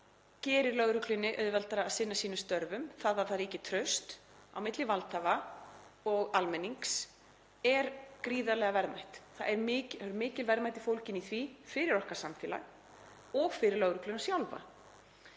gerir lögreglunni auðveldara að sinna sínum störfum. Það að traust ríki á milli valdhafa og almennings er gríðarlega verðmætt. Það eru mikil verðmæti fólgin í því fyrir okkar samfélag og fyrir lögregluna sjálfa.